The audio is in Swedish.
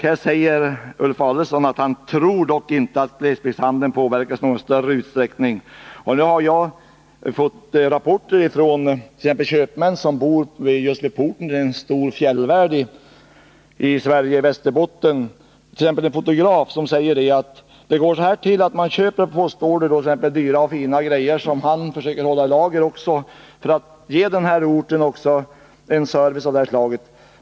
Här sade Ulf Adelsohn: ”Jag tror dock inte att glesbygdshandeln påverkas i någon större utsträckning —--.” Jag har emellertid fått rapporter från köpmän som bor just vid porten till en stor fjällvärld i Västerbotten. Så säger exempelvis en fotograf att människorna på postorder köper dyra och fina artiklar som även han försöker hålla i lager för att ge denna ort service av detta slag.